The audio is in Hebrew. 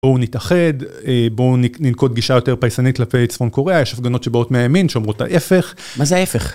בואו נתאחד, בואו ננקוט גישה יותר פייסנית כלפי צפון קוריאה, יש הפגנות שבאות מהימין שאומרות ההפך. מה זה ההפך?